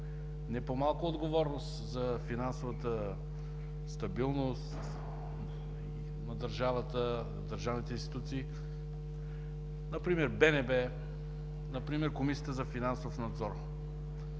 не по-малка отговорност за финансовата стабилност на държавата, на държавните институции, например в БНБ Комисията за финансов надзор.